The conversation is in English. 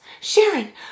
Sharon